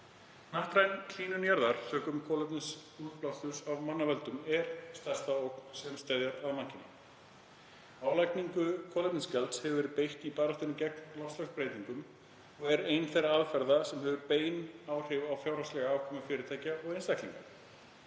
Hnattræn hlýnun jarðar sökum kolefnisútblásturs af mannavöldum er stærsta ógn sem steðjar að mannkyni. Álagningu kolefnisgjalds hefur verið beitt í baráttunni gegn loftslagsbreytingum og er ein þeirra aðferða sem hefur bein áhrif á fjárhagslega afkomu fyrirtækja og einstaklinga.